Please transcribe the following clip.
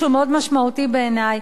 שהוא מאוד משמעותי בעיני,